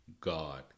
God